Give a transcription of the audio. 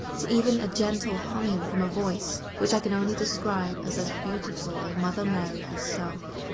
to even a gentle humming from a voice which i can only describe as as beautiful as mother mary herself.